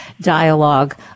dialogue